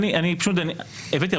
הבאתי הרבה